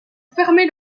fermer